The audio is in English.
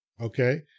Okay